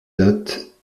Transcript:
date